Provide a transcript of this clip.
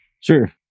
Sure